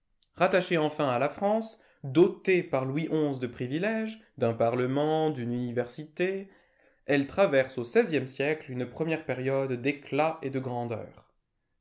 rattachée enfin à la france dotée par louis xi de privilèges d'un parlement d'une université elle traverse au seizième siècle une première période d'éclat et de grandeur